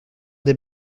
des